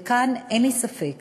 כאן אין לי ספק שהרבנים,